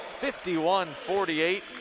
51-48